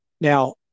Now